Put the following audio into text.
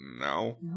no